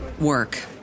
work